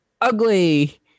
ugly